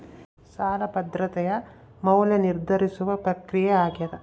ಸಾಲ ಭದ್ರತೆಯ ಮೌಲ್ಯ ನಿರ್ಧರಿಸುವ ಪ್ರಕ್ರಿಯೆ ಆಗ್ಯಾದ